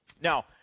Now